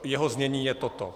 Jeho znění je toto: